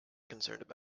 concerned